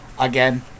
again